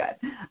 good